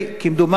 כמדומני,